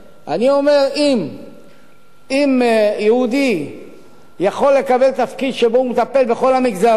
אני אומר שאם יהודי יכול לקבל תפקיד שבו הוא מטפל בכל המגזרים,